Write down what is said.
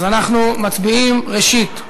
אנחנו מצביעים, ראשית,